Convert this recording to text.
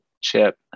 chip